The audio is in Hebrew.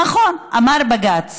נכון, אמר בג"ץ.